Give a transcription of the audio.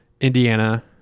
Indiana